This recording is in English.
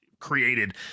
created